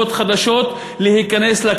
בפני מפלגות חדשות,